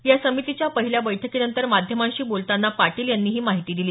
या समितीच्या पहिल्या बैठकीनंतर माध्यमांशी बोलताना पाटील यांनी ही माहिती दिली